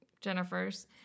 Jennifer's